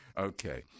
Okay